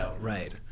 Right